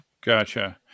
Gotcha